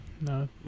No